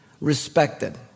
respected